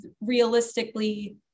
realistically